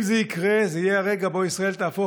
אם זה יקרה זה יהיה הרגע שבו ישראל תהפוך